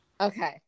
okay